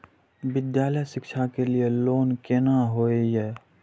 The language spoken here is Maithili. विद्यालय शिक्षा के लिय लोन केना होय ये?